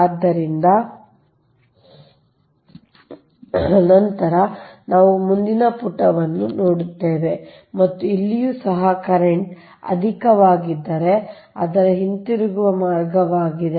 ಆದ್ದರಿಂದ ನಂತರ ನಾವು ಮುಂದಿನ ಪುಟವನ್ನು ನೋಡುತ್ತೇವೆ ಮತ್ತು ಇಲ್ಲಿಯೂ ಸಹ ಕರೆಂಟ್ ಅಧಿಕವಾಗಿದ್ದರೆ ಅದರ ಹಿಂತಿರುಗುವ ಮಾರ್ಗವಾಗಿದೆ